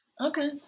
Okay